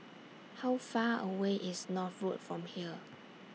How Far away IS North Road from here